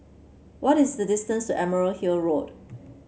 what is the distance to Emerald Hill Road